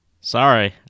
sorry